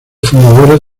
fundadores